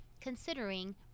considering